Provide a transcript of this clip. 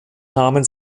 namen